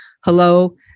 hello